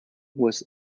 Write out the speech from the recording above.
was